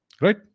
right